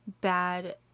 bad